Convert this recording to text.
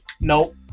nope